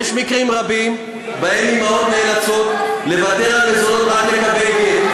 יש מקרים רבים שבהם אימהות נאלצות לוותר על מזונות רק כדי לקבל גט.